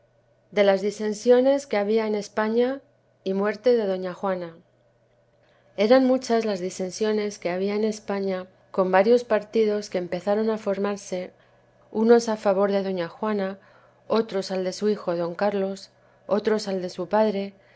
de las disensiones que habia en españa y muerte de doña juana eran muchas las disensiones que habia en españa con varios partidos que empezaron á formarse unos á favor de doña juana otros al de su hijo d cárlos otros al de su padre